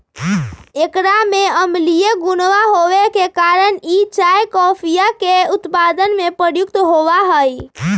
एकरा में अम्लीय गुणवा होवे के कारण ई चाय कॉफीया के उत्पादन में प्रयुक्त होवा हई